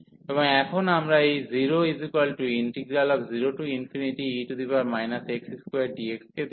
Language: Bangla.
এবং এখন আমরা এই 00e x2dx কে দেখব